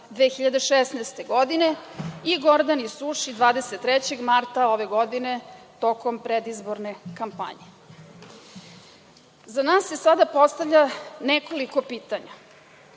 2016. godine i Gordani Suši 23. marta ove godine tokom predizborne kampanje.Za nas se sada postavlja nekoliko pitanja.